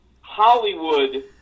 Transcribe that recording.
Hollywood